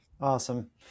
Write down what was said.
awesome